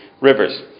rivers